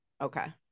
Okay